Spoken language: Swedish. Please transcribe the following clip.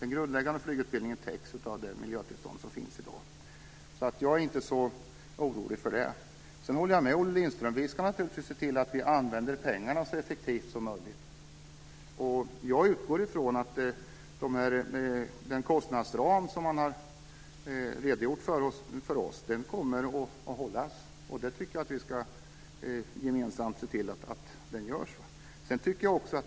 Den grundläggande flygutbildningen täcks av det miljötillstånd som finns i dag. Jag är inte så orolig vad gäller detta. Jag håller med Olle Lindström om att vi ska använda pengarna så effektivt som möjligt. Jag utgår från att den kostnadsram som man har redogjort för inför oss kommer att hålla. Jag tycker att vi gemensamt ska se till att det blir så.